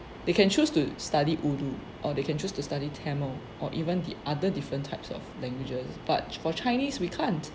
they can choose to study urdu or they can choose to study tamil or even the other different types of languages but for chinese we can't